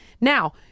now